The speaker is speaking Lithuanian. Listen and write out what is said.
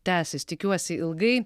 tęsis tikiuosi ilgai